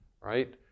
right